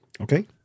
Okay